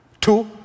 two